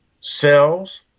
cells